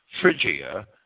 Phrygia